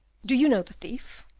do you know the thief?